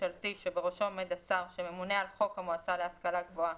הממשלתי שבראשו עומד השר שממונה על חוק המועצה להשכלה גבוהה,